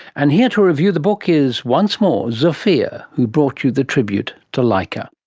and here to review the book is once more zofia, who brought to the tribute to laika.